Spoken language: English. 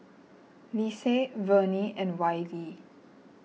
Lise Vernie and Wylie